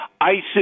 ISIS